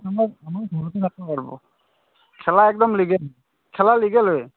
অঁ আমাৰ ঘৰতে থাকিব পাৰিব খেলা একদম লিগেল খেলা লিগেল হয়